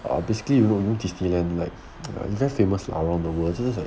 err basically this disneyland like it is very famous around the world